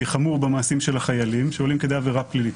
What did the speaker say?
חמור במעשים של החיילים שעולים לכדי עבירה פלילית.